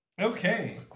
Okay